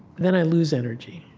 then i lose energy.